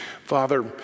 Father